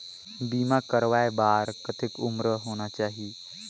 बीमा करवाय बार कतेक उम्र होना चाही?